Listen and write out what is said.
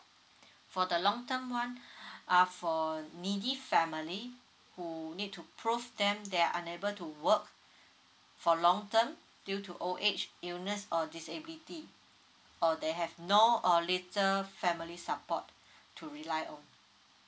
for the long term one are for needy family who would need to prove them they're unable to work for long term due to old age illness or disability or they have no or little family support to rely on